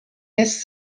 lässt